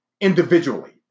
individually